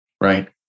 right